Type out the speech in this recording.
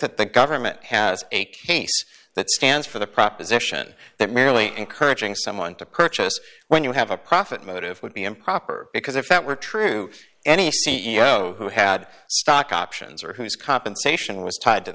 that the government has a case that stands for the proposition that merely encouraging someone to purchase when you have a profit motive would be improper because if that were true any c e o who had stock options or whose compensation was tied to